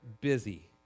busy